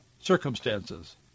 circumstances